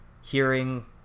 hearing